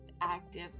Active